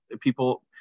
people